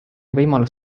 võimalus